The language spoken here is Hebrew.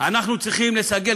אנחנו צריכים לסגל,